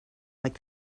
like